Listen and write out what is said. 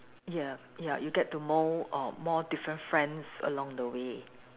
ya ya you get to know uh more different friends along the way